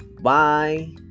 Bye